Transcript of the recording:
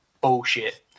Bullshit